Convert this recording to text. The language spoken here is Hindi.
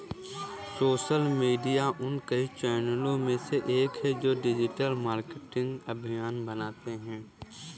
सोशल मीडिया उन कई चैनलों में से एक है जो डिजिटल मार्केटिंग अभियान बनाते हैं